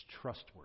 trustworthy